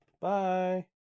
Bye